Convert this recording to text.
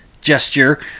gesture